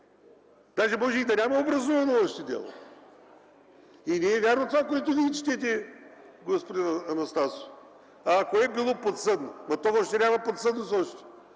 даже може и да няма образувано още дело и не е вярно това, което вие четете, господин Анастасов – ако е било подсъдно – то въобще няма подсъдност още,